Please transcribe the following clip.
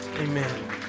Amen